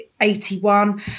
81